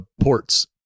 ports